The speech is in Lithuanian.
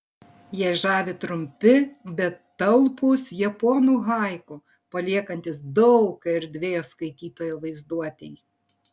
ją žavi trumpi bet talpūs japonų haiku paliekantys daug erdvės skaitytojo vaizduotei